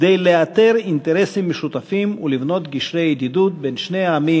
כדי לאתר אינטרסים משותפים ולבנות גשרי ידידות בין שני העמים